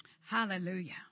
Hallelujah